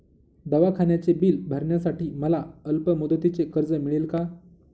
दवाखान्याचे बिल भरण्यासाठी मला अल्पमुदतीचे कर्ज मिळेल का?